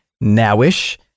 now-ish